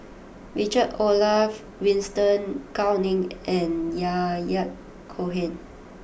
Richard Olaf Winstedt Gao Ning and Yahya Cohen